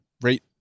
right